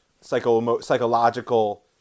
psychological